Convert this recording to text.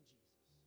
Jesus